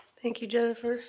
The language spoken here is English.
thank you, jennifer.